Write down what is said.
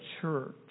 church